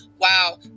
Wow